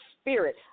spirit